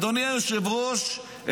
אדוני היושב-ראש,